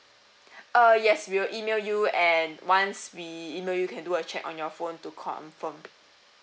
uh yes we will email you and once we email you can do a check on your phone to confirmed